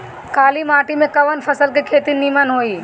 काली माटी में कवन फसल के खेती नीमन होई?